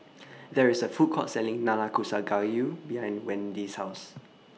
There IS A Food Court Selling Nanakusa Gayu behind Wendy's House